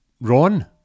Ron